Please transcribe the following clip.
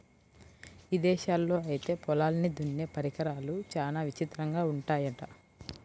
ఇదేశాల్లో ఐతే పొలాల్ని దున్నే పరికరాలు చానా విచిత్రంగా ఉంటయ్యంట